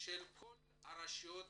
של כל הרשויות